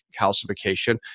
calcification